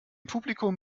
publikum